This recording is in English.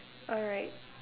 all right